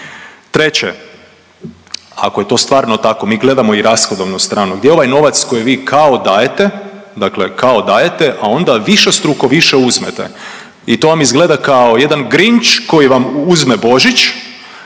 Treće, ako je to stvarno tako mi gledamo i rashodovnu stranu. Gdje je ovaj novac koji vi kao dajete, dakle kao dajete, a onda višestruko više uzmete. I to vam izgleda kao jedan Grinch koji vam uzme Božić